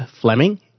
Fleming